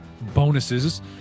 bonuses